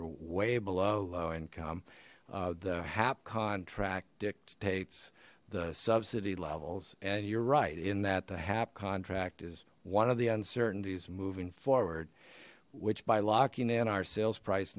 are way below low income the hap contract dictates the subsidy levels and you're right in that the hap contract is one of the uncertainties moving forward which by locking in our sales price